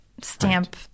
stamp